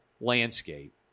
landscape